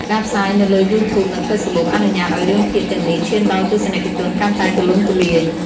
ការផ្សាយនៅលើ YouTube និង Facebook អនុញ្ញាតឱ្យរឿងភាគទាំងនេះឈានដល់ទស្សនិកជនកាន់តែទូលំទូលាយ។